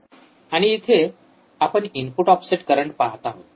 आणि इथे आपण इनपुट ऑफसेट करंट पहात आहोत